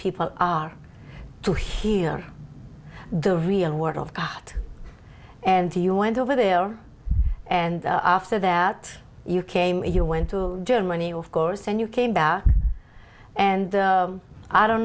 people are to hear the real word of god and the you went over there and after that you came you went to germany of course and you came back and i don't